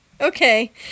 okay